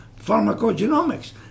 pharmacogenomics